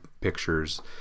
pictures